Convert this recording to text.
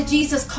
Jesus